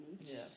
yes